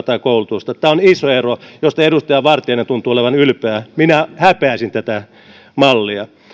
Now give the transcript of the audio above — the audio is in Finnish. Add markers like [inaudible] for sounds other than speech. [unintelligible] tai koulutusta tämä on iso ero josta edustaja vartiainen tuntuu olevan ylpeä minä häpeäisin tätä mallia